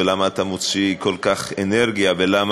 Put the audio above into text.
ולמה אתה מוציא כל כך הרבה אנרגיה ולמה